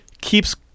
keeps